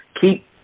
keep